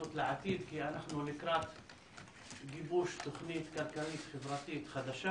הסתכלות לעתיד כי אנחנו לקראת גיבוש תוכנית כלכלית חברתית חדשה